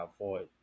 avoid